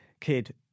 kid